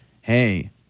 hey